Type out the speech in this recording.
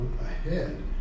ahead